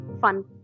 fun